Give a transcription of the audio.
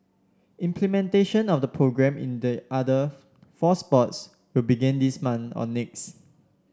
implementation of the programme in the other four sports will begin this month or next